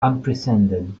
unprecedented